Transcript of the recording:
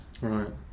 Right